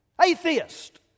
atheist